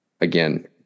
again